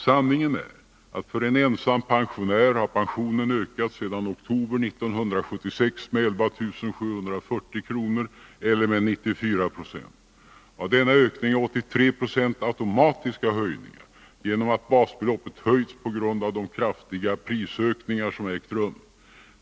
Sanningen är att för en ensam pensionär har pensionen ökat sedan oktober 1976 med 11 740 kr. eller med 94 26. Av denna ökning är 83 70 automatiska höjningar genom att basbeloppet höjts på grund av de kraftiga prisökningar som ägt rum.